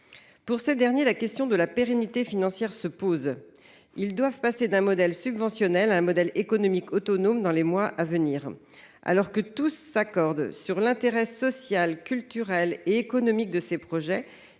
Pour ces derniers, la question de la pérennité financière se pose. Ils doivent en effet passer d’un modèle subventionnel à un modèle économique autonome dans les mois à venir. Alors que tous s’accordent sur l’intérêt social, culturel et économique de ces projets,